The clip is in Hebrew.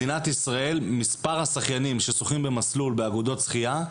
לא מעט רשויות פונות למשכ"ל,